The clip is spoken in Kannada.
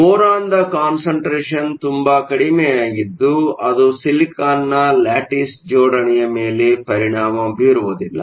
ಬೋರಾನ್ನ ಕಾನ್ಸಂಟ್ರೇಷನ್ ತುಂಬಾ ಕಡಿಮೆಯಾಗಿದ್ದು ಅದು ಸಿಲಿಕಾನ್ನ ಲ್ಯಾಟಿಸ್ ಜೋಡಣೆಯ ಮೇಲೆ ಪರಿಣಾಮ ಬೀರುವುದಿಲ್ಲ